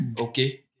Okay